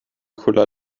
cooler